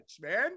man